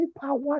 power